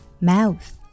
mouth